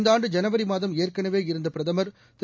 இந்த ஆண்டு ஜனவரி மாதம் ஏற்கனவே இருந்த பிரதமர் திரு